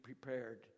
prepared